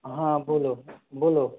हाँ बोलो बोलो